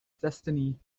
destiny